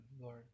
Lord